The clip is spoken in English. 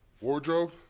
wardrobe